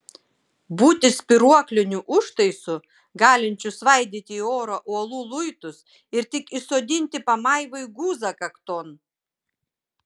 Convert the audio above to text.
būti spyruokliniu užtaisu galinčiu svaidyti į orą uolų luitus ir tik įsodinti pamaivai guzą kakton